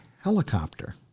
helicopter